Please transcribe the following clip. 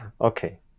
Okay